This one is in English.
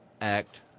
act